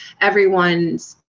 Everyone's